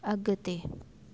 अॻिते